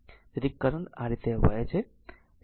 તેથી કરંટ આ રીતે વહે છે